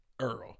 Earl